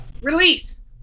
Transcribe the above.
Release